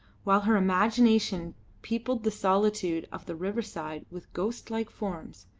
while her imagination peopled the solitude of the riverside with ghost-like forms.